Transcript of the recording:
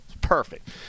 perfect